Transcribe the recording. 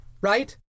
right